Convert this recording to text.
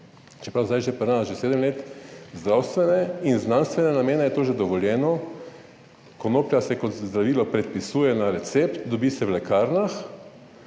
Čeprav zdaj že pri nas že sedem let zdravstvene in znanstvene namene, je to že dovoljeno. Konoplja se kot zdravilo predpisuje na recept, dobi se v lekarnah